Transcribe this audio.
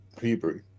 Hebrew